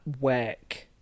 work